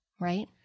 right